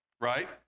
right